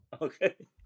Okay